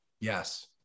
Yes